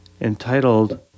entitled